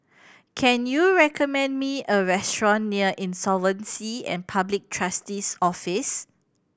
can you recommend me a restaurant near Insolvency and Public Trustee's Office